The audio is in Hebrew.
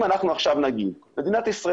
אם אנחנו עכשיו נגיד שמדינת ישראל